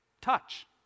Touch